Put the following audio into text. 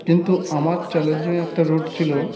কিন্তু আমার চ্যালেঞ্জিং একটা রুট ছিল